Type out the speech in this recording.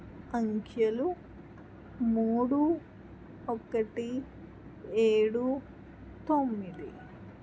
అంకెలు మూడు ఒకటి ఏడు తొమ్మిది